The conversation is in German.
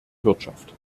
wirtschaft